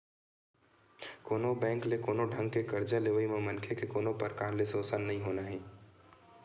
कोनो बेंक ले कोनो ढंग ले करजा लेवई म मनखे के कोनो परकार ले सोसन नइ होना हे